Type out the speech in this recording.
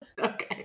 okay